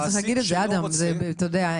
בדיוק,